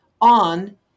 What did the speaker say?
on